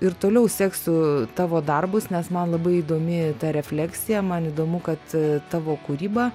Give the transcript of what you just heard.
ir toliau seksiu tavo darbus nes man labai įdomi ta refleksija man įdomu kad tavo kūryba